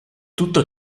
tutto